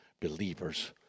Believers